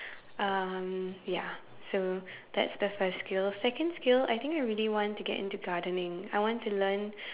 um ya so that's the first skill second skill I think I really want to get into gardening I want to learn